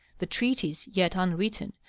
the treatise, yet unwritten,